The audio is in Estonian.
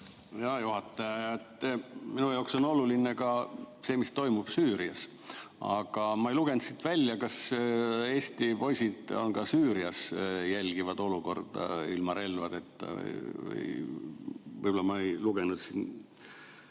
Hea juhataja! Minu jaoks on oluline ka see, mis toimub Süürias. Aga ma ei lugenud siit välja, kas Eesti poisid on Süürias ja jälgivad olukorda ilma relvadeta. Võib-olla ma ei lugenud seda